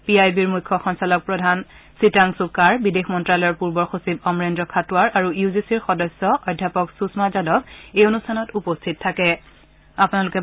P I বিৰ মুখ্য সঞ্চালক প্ৰধান সীতাংশু কাড় বিদেশ মন্ত্ৰালয়ৰ পূৰ্বৰ সচিব অমৰেন্দ্ৰ খাটোৱাৰ আৰু ইউ জি চিৰ সদস্য অধ্যাপক সুষমা যাদৱ এই অনুষ্ঠানত উপস্থিত থাকে